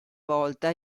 volta